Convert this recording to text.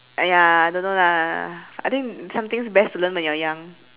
!aiya! don't know lah I think some things best to learn when you are young